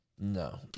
No